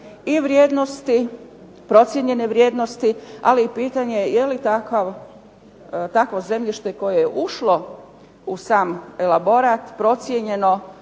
i vrijednosti, procijenjene vrijednosti, ali i pitanje je li takvo zemljište koje je ušlo u sam elaborat procijenjeno,